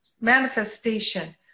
manifestation